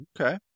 Okay